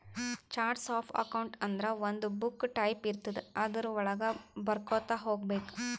charts of accounts ಅಂದುರ್ ಒಂದು book type ಇರ್ತುದ್ ಅದುರ್ ವಳಾಗ ಬರ್ಕೊತಾ ಹೋಗ್ಬೇಕ್